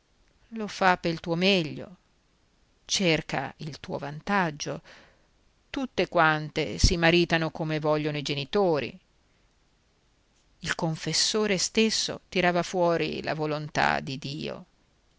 lo fa pel tuo meglio cerca il tuo vantaggio tutte quante si maritano come vogliono i genitori il confessore stesso tirava fuori la volontà di dio